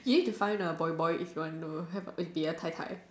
you need to find a boy boy if you want to be a Tai-Tai